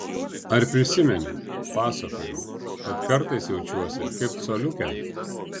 ar prisimeni pasakojau kad kartais jaučiuosi kaip coliukė